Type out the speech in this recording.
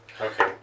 Okay